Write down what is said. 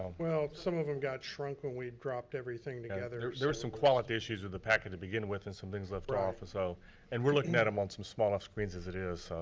well, some of em got shrunk when we dropped everything together. there were some quality issues with the packet to begin with and some things left off, so. and we're looking at em on some smaller screens as it is, so.